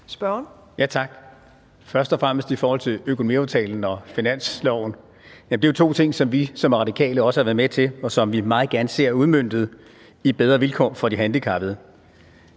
Sjøberg (RV): Tak. Først og fremmest om økonomiaftalen og finansloven vil jeg sige, at det jo er to ting, som vi som Radikale også har været med til, og som vi meget gerne ser udmøntet i bedre vilkår for de handicappede.